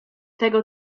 tego